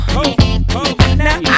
Now